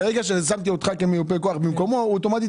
ברגע ששמתי אותך כמיופה כוח במקומו הוא אוטומטית יורד.